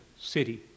city